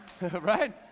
right